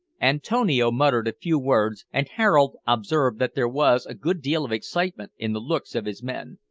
antonio muttered a few words, and harold observed that there was a good deal of excitement in the looks of his men.